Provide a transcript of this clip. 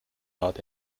hart